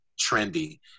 trendy